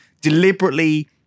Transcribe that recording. deliberately